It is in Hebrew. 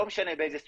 לא משנה באיזה סוגיה,